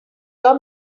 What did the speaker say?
your